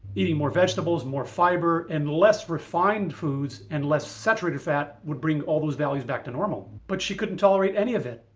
eating more vegetables, more fiber and less refined foods and less saturated fat would bring all those values back to normal. but she couldn't tolerate any of it.